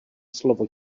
slovo